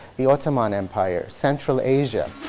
the ottoman empire, central asia.